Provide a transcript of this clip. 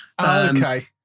Okay